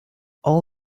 all